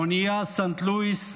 האונייה סנט לואיס,